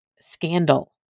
scandal